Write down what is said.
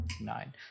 Nine